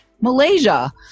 Malaysia